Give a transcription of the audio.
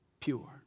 pure